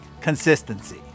consistency